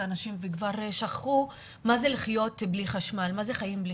האנשים וכבר שכחו מה זה לחיות בלי חשמל,